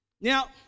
Now